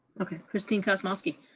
okay, christine kosmalski.